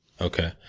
Okay